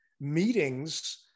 meetings